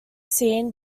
seen